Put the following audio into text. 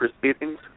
proceedings